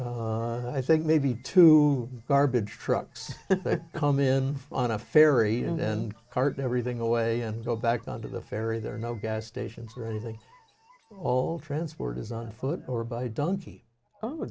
have i think maybe two garbage trucks come in on a ferry and and cart everything away and go back onto the ferry there are no gas stations or anything all transport is on foot or by donkey oh